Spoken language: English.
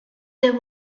there